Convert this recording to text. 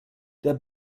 der